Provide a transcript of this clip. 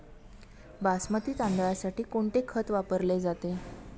बासमती तांदळासाठी कोणते खत वापरले जाते?